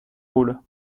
rôles